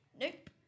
Nope